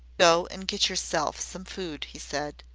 go and get yourself some food, he said.